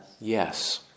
Yes